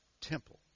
temple